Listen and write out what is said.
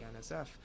nsf